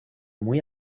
muy